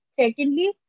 Secondly